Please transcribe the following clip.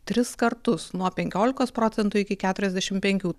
tris kartus nuo penkiolikos procentų iki keturiasdešim penkių